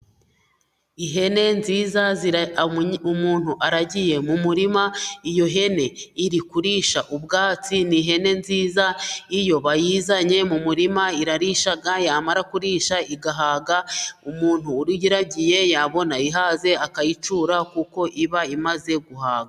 Ihene nziza umuntu aragiye mu murima. Iyo hene iri kurisha ubwatsi. Ni ihene nziza. Iyo bayizanye mu murima irarisha, yamara kurisha igahaga. Umuntu uyiragiye yabona ihaze akayicyura kuko iba imaze guhaga.